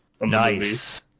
Nice